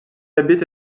habites